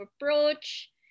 approach